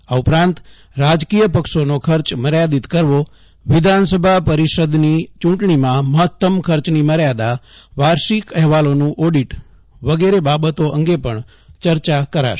આ ઉપરાંત રાજકીય પક્ષોનો ખર્ચ મર્યાદિત કરવો વિધાનસભા પરિષદની યૂં ટણીમાં મહત્તમ ખર્ચની મર્યાદા વાર્ષિક અહેવાલોનું ઓડિટ વગેરે બાબતો અંગે પણ ચર્ચા કરાશે